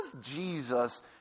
Jesus